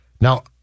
Now